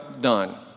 done